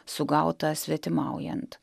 sugautą svetimaujant